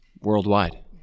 worldwide